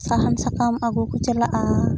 ᱥᱟᱦᱟᱱ ᱥᱟᱠᱟᱢ ᱟᱹᱜᱩ ᱠᱚ ᱪᱟᱞᱟᱜᱼᱟ